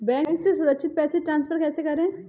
Bank से सुरक्षित पैसे ट्रांसफर कैसे करें?